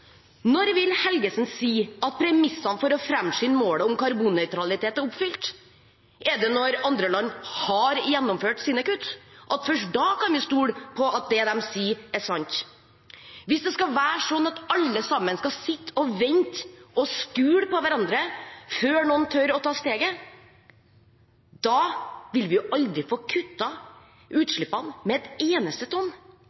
Når vil Helgesen si at premissene for å framskynde målet om karbonnøytralitet er oppfylt? Er det først når andre land har gjennomført sine kutt, at vi kan stole på at det de sier, er sant? Hvis det skal være sånn at alle skal sitte og vente og skule på hverandre før noen tør å ta steget, vil vi aldri få